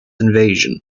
invasion